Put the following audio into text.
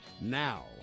now